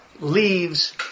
leaves